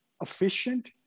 efficient